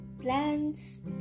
plants